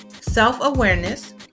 self-awareness